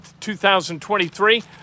2023